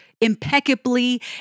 impeccably